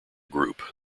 group